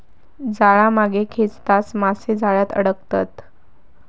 जाळा मागे खेचताच मासे जाळ्यात अडकतत